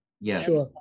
Yes